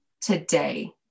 today